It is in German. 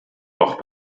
noch